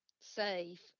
safe